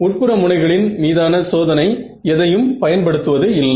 உட்புற முனைகளின் மீதான சோதனை எதையும் பயன்படுத்துவது இல்லை